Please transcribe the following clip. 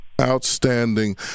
Outstanding